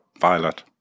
Violet